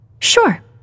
Sure